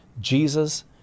Jesus